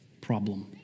problem